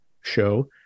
show